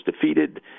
defeated